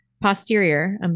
Posterior